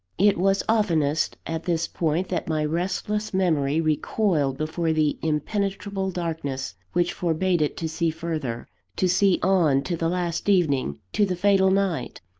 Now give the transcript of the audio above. it was oftenest at this point, that my restless memory recoiled before the impenetrable darkness which forbade it to see further to see on to the last evening, to the fatal night.